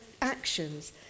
actions